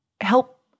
help